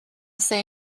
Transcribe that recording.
say